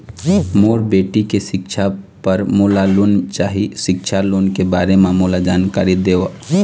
मोर बेटी के सिक्छा पर मोला लोन चाही सिक्छा लोन के बारे म मोला जानकारी देव?